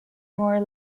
more